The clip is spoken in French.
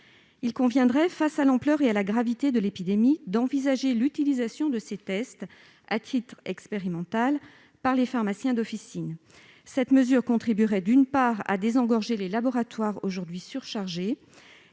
Il conviendrait, face à l'ampleur et à la gravité de la crise sanitaire, d'envisager l'utilisation de ces tests, à titre expérimental, par les pharmaciens d'officine. Cette mesure contribuerait, d'une part, à désengorger les laboratoires, aujourd'hui surchargés,